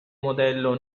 modello